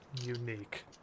unique